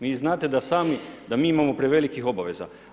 Vi znate da sami, da mi imamo prevelikih obaveza.